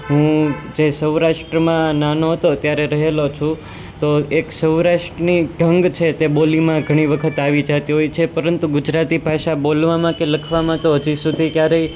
હું જે સૌરાષ્ટ્રમાં નાનો હતો ત્યારે રહેલો છું તો એક સૌરાષ્ટ્રની એક ઢંગ છે તે બોલીમાં ઘણી વખત આવી જાતી હોય છે પરંતુ ગુજરાતી ભાષા બોલવામાં કે લખવામાં તો હજી સુધી ક્યારેય